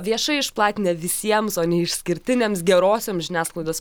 viešai išplatinę visiems o ne išskirtiniams gerosiom žiniasklaidos